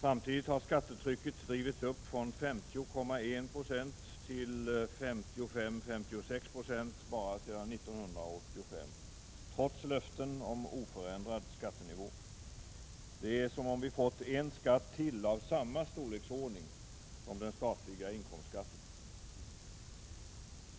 Samtidigt har skattetrycket drivits upp från 50,1 96 till 55—56 96 bara sedan 1985 trots löften om oförändrad skattenivå. Det är som om vi fått en skatt till av samma storleksordning som den statliga inkomstskatten.